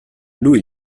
lui